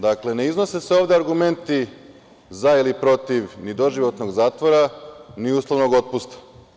Dakle, ne iznose se ovde argumenti za ili protiv ni doživotnog zatvora, ni uslovnog otpusta.